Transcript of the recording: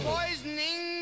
Poisoning